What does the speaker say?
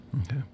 Okay